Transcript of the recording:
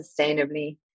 sustainably